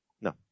No